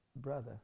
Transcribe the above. brother